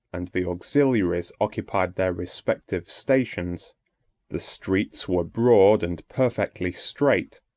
and the auxiliaries occupied their respective stations the streets were broad and perfectly straight,